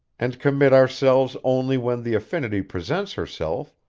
and commit ourselves only when the affinity presents herself,